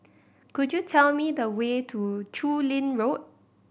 could you tell me the way to Chu Lin Road